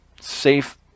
safe